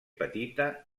petita